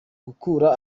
gukura